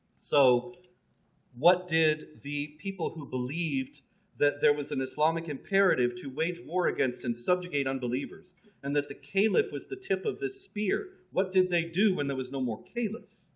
so what did the people who believed that there was an islamic imperative to wage war against and subjugate unbelievers and that the caliph was the tip of this spear, what did they do when there was no more caliph?